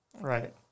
Right